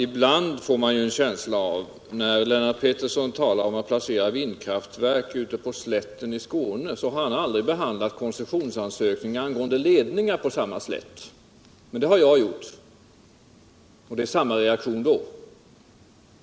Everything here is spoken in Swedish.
Ibland får man, när Lennart Pettersson talar om planerna på vindkraftverk ute på slätten i Skåne. en känsla av att han aldrig behandlat koncessionsansökning angående ledningar på samma slätt; men det har jag gjort, och reaktionen var densamma.